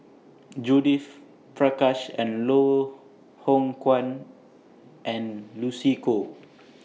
Judith Prakash and Loh Hoong Kwan and Lucy Koh